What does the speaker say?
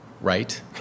right